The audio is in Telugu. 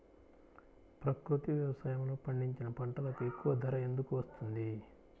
ప్రకృతి వ్యవసాయములో పండించిన పంటలకు ఎక్కువ ధర ఎందుకు వస్తుంది?